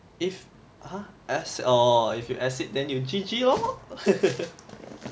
if !huh! orh if you exceed then you G_G lor